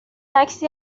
عکسی